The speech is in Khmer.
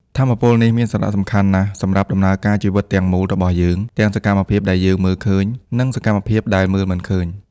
ថាមពលនេះមានសារៈសំខាន់ណាស់សម្រាប់ដំណើរការជីវិតទាំងមូលរបស់យើង ទាំងសកម្មភាពដែលយើងមើលឃើញ និងសកម្មភាពដែលមើលមិនឃើញ។